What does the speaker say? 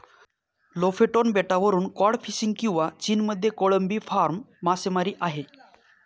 Lofoten बेटावरून cod fishing किंवा चीनमध्ये कोळंबी फार्म मासेमारी आहे